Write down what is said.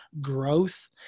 growth